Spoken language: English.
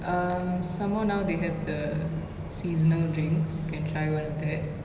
um some more now they have the seasonal drinks you can try one of that